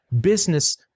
business